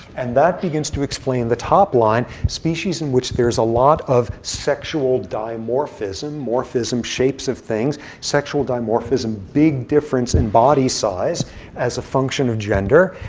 and that begins to explain the top line, species in which there's a lot of sexual dimorphism. morphism, shapes of things. sexual dimorphism, big difference in body size as a function of gender.